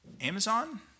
Amazon